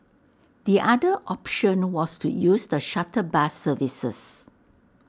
the other option was to use the shuttle bus services